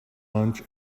lunch